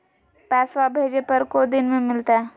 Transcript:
पैसवा भेजे पर को दिन मे मिलतय?